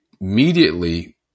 immediately